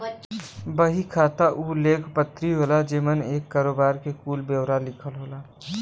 बही खाता उ लेख पत्री होला जेमन एक करोबार के कुल ब्योरा लिखल होला